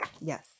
yes